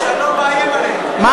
מה יש?